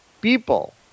people